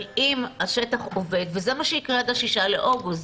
אבל אם השטח עובד, וזה מה שיקרה עד ה-6 באוגוסט.